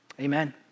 amen